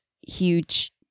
huge